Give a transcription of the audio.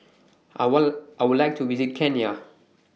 I want I Would like to visit Kenya